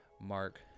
mark